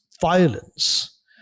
violence